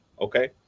Okay